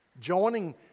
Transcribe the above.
Joining